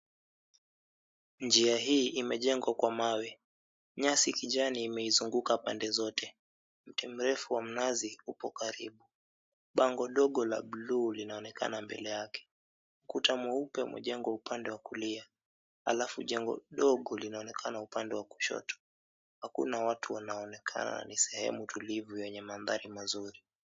Njia hii imejengwa kwa mawe. Nyasi kijani imeizunguka pande zote. Mti mrefu wa mnazi upo karibu . Bango dogo la buluu linaonekana mbele yake. Ukuta mweupe umejengwa upande wa kulia halafu jengo dogo linaonekana upande wa kushoto. Hakuna watu wanaonekana na ni sehemu tulivu yenye mandhari mazuri.